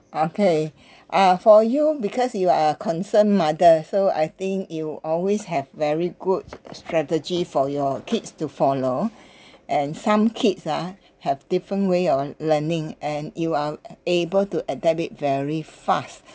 okay uh for you because you are a concerned mother so I think you always have very good strategy for your kids to follow and some kids ah have different way on learning and you are able to adapt it very fast